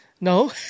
No